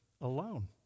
alone